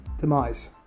Demise